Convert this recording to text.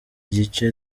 gice